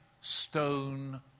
stone